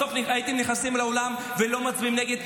בסוף הייתם נכנסים לאולם ולא הייתם מצביעים נגד,